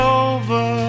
over